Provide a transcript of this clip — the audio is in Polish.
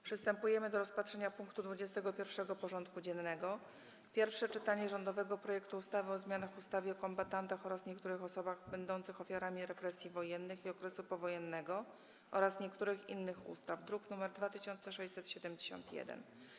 Przystępujemy do rozpatrzenia punktu 21. porządku dziennego: Pierwsze czytanie rządowego projektu ustawy o zmianie ustawy o kombatantach oraz niektórych osobach będących ofiarami represji wojennych i okresu powojennego oraz niektórych innych ustaw (druk nr 2671)